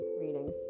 readings